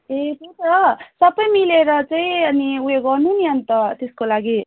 ए त्यही त सबै मिलेर चाहिँ अनि उयो गर्नु नि अन्त त्यसको लागि